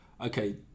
okay